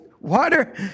water